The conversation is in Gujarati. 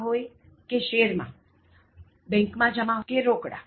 માં હોય કે શેર માં બેંક માં જમા હોય કે રોકડા